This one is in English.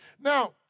Now